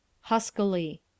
Huskily